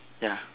ya